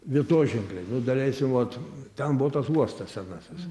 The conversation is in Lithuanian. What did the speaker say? vietoženkliai nu daleiskim vat ten buvo tas uostas senasis